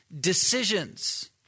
decisions